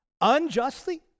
unjustly